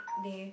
they